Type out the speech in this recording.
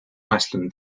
iceland